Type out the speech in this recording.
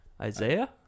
Isaiah